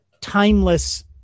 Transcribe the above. Timeless